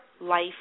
life